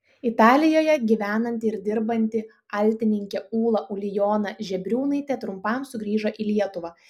italijoje gyvenanti ir dirbanti altininkė ūla ulijona žebriūnaitė trumpam sugrįžo į lietuvą